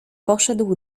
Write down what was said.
poszedł